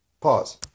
Pause